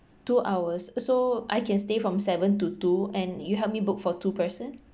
two hours so I can stay from seven to two and you help me book for two person